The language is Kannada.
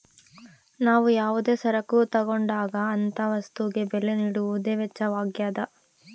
ನಾವು ಯಾವುದೇ ಸರಕು ತಗೊಂಡಾಗ ಅಂತ ವಸ್ತುಗೆ ಬೆಲೆ ನೀಡುವುದೇ ವೆಚ್ಚವಾಗ್ಯದ